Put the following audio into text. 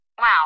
Wow